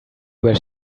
where